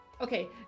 okay